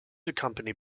accompanied